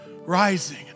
rising